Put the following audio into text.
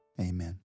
amen